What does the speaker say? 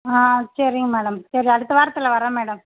ஆ சரிங்க மேடம் சரி அடுத்த வாரத்தில் வரேன் மேடம்